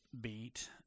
beat